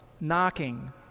knocking